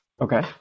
Okay